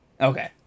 Okay